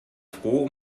froh